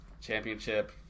championship